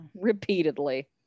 repeatedly